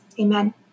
Amen